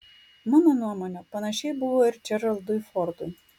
mano nuomone panašiai buvo ir džeraldui fordui